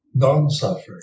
Non-suffering